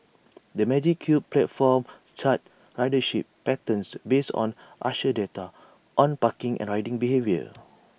the magic Cube platform charts ridership patterns based on user data on parking and riding behaviour